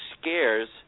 scares